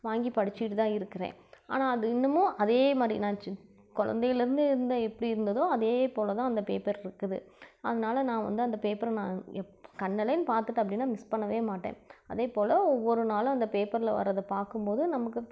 வாங்கி படிச்சிட்டு தான் இருக்கிறேன் ஆனால் அது இன்னமும் அதே மாதிரி நான் சின்ன குழந்தையில இருந்து இருந்த எப்படி இருந்ததோ அதே போல் தான் அந்த பேப்பர் இருக்குது அதனால நான் வந்து அந்த பேப்பர் நான் கண்ணுலேன்னு பார்த்துட்டேன் அப்படின்னா மிஸ் பண்ண மாட்டேன் அதே போல் ஒவ்வொரு நாளும் அந்த பேப்பரில் வர்கிறத பார்க்கும் போது நமக்கு